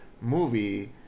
movie